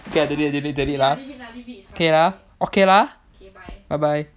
okay lah dilly dally okay ah okay lah bye bye